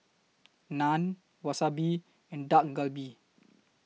Naan Wasabi and Dak Galbi